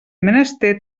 menester